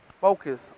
Focus